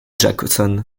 jackson